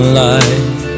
life